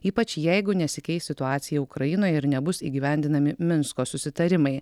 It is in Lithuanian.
ypač jeigu nesikeis situacija ukrainoje ir nebus įgyvendinami minsko susitarimai